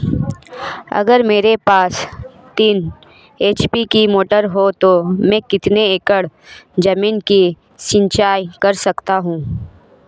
अगर मेरे पास तीन एच.पी की मोटर है तो मैं कितने एकड़ ज़मीन की सिंचाई कर सकता हूँ?